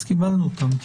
אז קיבלנו אותן.